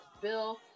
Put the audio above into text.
bill